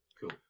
cool